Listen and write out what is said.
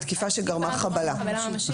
תקיפה שגרמה חבלה ממשית?